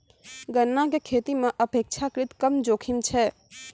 गन्ना के खेती मॅ अपेक्षाकृत कम जोखिम छै